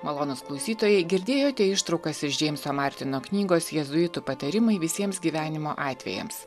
malonūs klausytojai girdėjote ištraukas iš džeimso martino knygos jėzuitų patarimai visiems gyvenimo atvejams